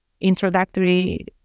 introductory